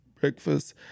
breakfast